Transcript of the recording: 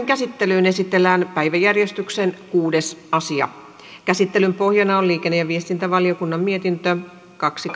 käsittelyyn esitellään päiväjärjestyksen kuudes asia käsittelyn pohjana on liikenne ja viestintävaliokunnan mietintö kaksi